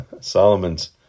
Solomon's